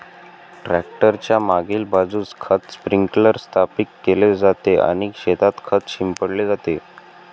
tractor च्या मागील बाजूस खत स्प्रिंकलर स्थापित केले जाते आणि शेतात खत शिंपडले जाते